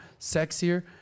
sexier